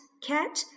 cat